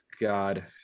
god